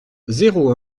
zéro